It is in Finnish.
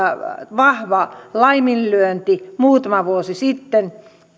vahva laiminlyönti muutama vuosi sitten